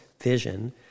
vision